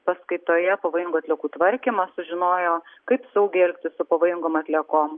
paskaitoje pavojingų atliekų tvarkymas sužinojo kaip saugiai elgtis su pavojingom atliekom